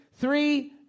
three